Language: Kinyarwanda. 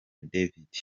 david